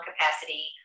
capacity